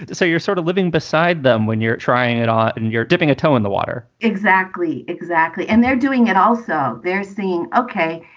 so you're sort of living beside them when you're trying it out um and you're dipping a toe in the water exactly. exactly. and they're doing it also. they're saying, ok,